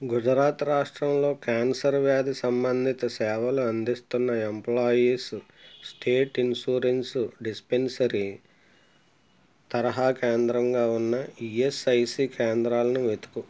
గుజరాత్ రాష్ట్రంలో క్యాన్సర్ వ్యాధి సంబంధిత సేవలు అందిస్తున్న ఎంప్లాయీస్ స్టేట్ ఇన్షూరెన్స్ డిస్పెన్సరీ తరహా కేంద్రంగా ఉన్న ఈఎస్ఐసి కేంద్రాలను వెతుకు